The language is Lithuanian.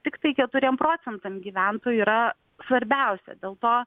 tiktai keturiem procentam gyventojų yra svarbiausia dėl to